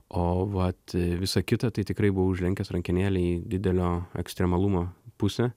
o vat visa kita tai tikrai buvau užlenkęs rankenėlę į didelio ekstremalumo pusę